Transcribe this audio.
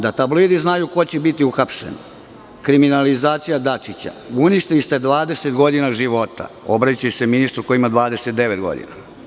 Zatim -tabloidi znaju ko će biti uhapšen, kriminalizacija Daćiča, uništili ste 20 godina života, obraćajući se ministru koji ima 30 godina.